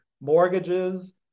mortgages